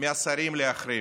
מהשרים להחרים,